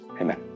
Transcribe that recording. amen